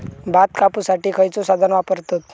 भात कापुसाठी खैयचो साधन वापरतत?